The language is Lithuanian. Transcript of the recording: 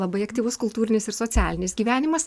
labai aktyvus kultūrinis ir socialinis gyvenimas